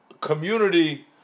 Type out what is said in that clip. community